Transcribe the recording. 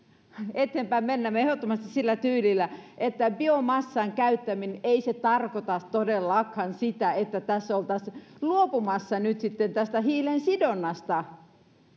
eteenpäin menemme ehdottomasti sillä tyylillä biomassan käyttäminen ei tarkoita todellakaan sitä että tässä nyt oltaisiin luopumassa tästä hiilensidonnasta